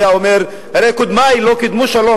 היה אומר: הרי קודמי לא קידמו שלום,